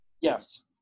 yes